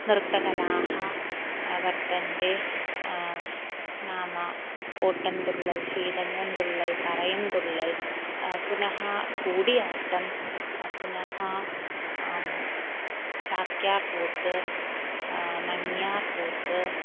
नृत्तकलाः वर्तन्ते नाम ओटन्तुळ्ळल् शीदङ्गन्तुळ्ळल् परयन्तुळ्ळल् पुनः कूडियाट् पुनः चाक्यार्कूत् नङ्यार्कूर्त्